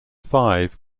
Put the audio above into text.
five